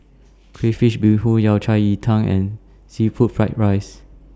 Crayfish Beehoon Yao Cai Ji Tang and Seafood Fried Rice